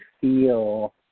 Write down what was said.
feel